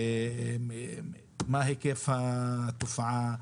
מה היקף התופעה,